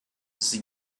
sie